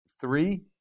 three